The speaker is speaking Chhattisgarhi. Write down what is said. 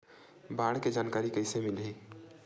बाढ़ के जानकारी कइसे मिलही?